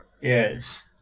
Yes